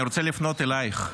אני רוצה לפנות אלייך.